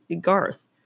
garth